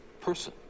person